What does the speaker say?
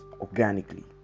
organically